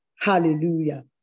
Hallelujah